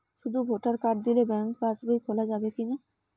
শুধু voter card দিয়ে bank pass বই খোলা যাবে কিনা?